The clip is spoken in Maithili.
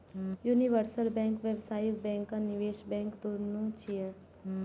यूनिवर्सल बैंक व्यावसायिक बैंक आ निवेश बैंक, दुनू छियै